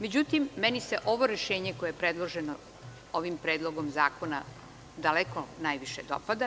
Međutim, meni se ovo rešenje koje je predloženo ovim predlogom zakona daleko najviše dopada.